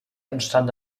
entstand